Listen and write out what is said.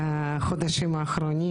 בחודשים האחרונים.